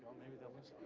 maybe that one